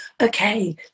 Okay